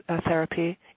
therapy